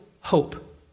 hope